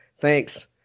thanks